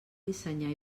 dissenyar